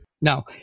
no